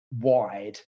wide